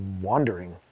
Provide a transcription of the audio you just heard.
wandering